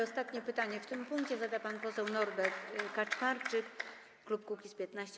Ostatnie pytanie w tym punkcie zada pan poseł Norbert Kaczmarczyk, klub Kukiz’15.